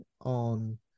on